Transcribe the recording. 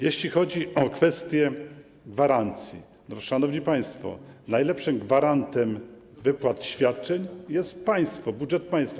Jeśli chodzi o kwestię gwarancji, to, szanowni państwo, najlepszym gwarantem wypłat świadczeń jest państwo, budżet państwa.